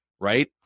right